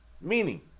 Meaning